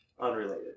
unrelated